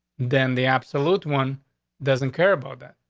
then the absolute one doesn't care about that.